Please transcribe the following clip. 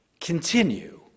continue